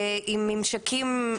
עם ממשקים,